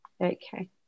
Okay